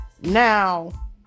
Now